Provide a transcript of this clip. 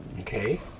Okay